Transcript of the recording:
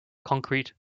concrete